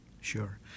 Sure